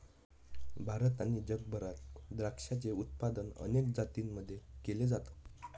भारत आणि जगभरात द्राक्षाचे उत्पादन अनेक जातींमध्ये केल जात